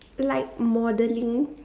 like modelling